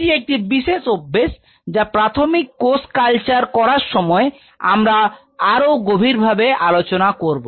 এটি একটি বিশেষ অভ্যেস যা প্রাথমিক কোষ কালচার করার সময় আমরা আরো গভীরে আলোচনা করব